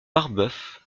marbeuf